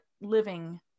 living